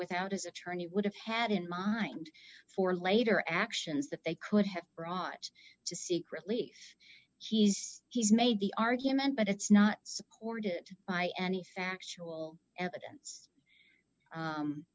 without his attorney would have had in mind for later actions that they could have brought to secretly she's he's made the argument but it's not supported by any factual evidence